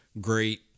great